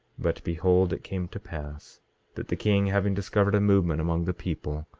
but behold, it came to pass that the king, having discovered a movement among the people,